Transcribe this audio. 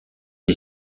est